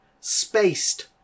spaced